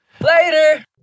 Later